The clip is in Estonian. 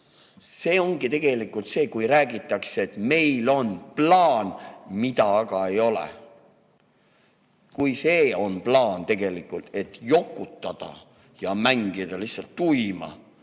See ongi tegelikult see, kui räägitakse, et meil on plaan, aga seda ei ole. Plaan on tegelikult jokutada, mängida lihtsalt tuima